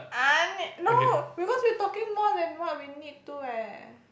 n~ no because we're talking more than what we need to eh